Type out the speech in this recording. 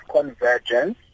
convergence